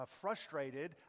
frustrated